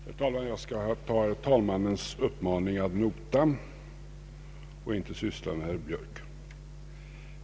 Herr talman! Jag skall ta herr talmannens uppmaning ad notam och inte syssla med herr Björk.